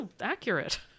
accurate